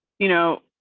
you know